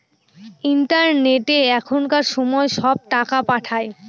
ইন্টারনেটে এখনকার সময় সব টাকা পাঠায়